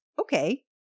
Okay